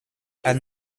and